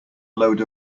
load